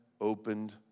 opened